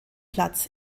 platz